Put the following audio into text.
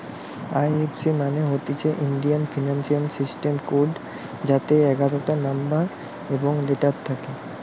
এই F C মানে হতিছে ইন্ডিয়ান ফিনান্সিয়াল সিস্টেম কোড যাতে এগারটা নম্বর এবং লেটার থাকে